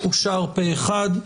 הצבעה אושר פה אחד.